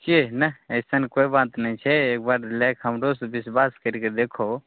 के नहि अइसन कोइ बात नहि छै एकबार लैके हमरो से बिश्वास करिके देखू